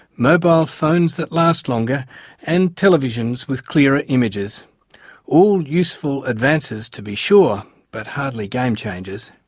mobile phones that last longer and televisions with clearer images all useful advances to be sure, but hardly game changers.